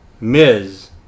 Ms